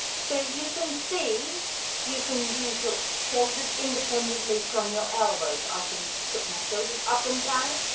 so you can see you can use your shoulders independently from your elbows i can put my shoulders up and down,